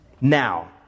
Now